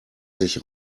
sich